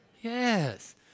yes